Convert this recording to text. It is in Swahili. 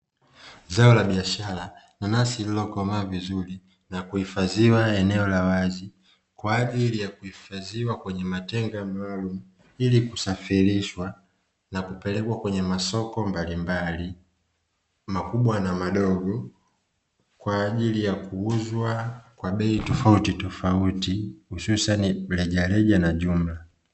Zao la biashara nanasi lililokomaa vizuri na kuhifadhiwa eneo la wazi kwa ajili ya kuhifadhiwa kwenye matenga maalumu, ili kusafirishwa na kupelekwa kwenye masoko mbalimbali makubwa na madogo, kwa ajili ya kuuzwa bei tofautitofauti hususani rejareja na jumla.